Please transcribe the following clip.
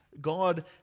God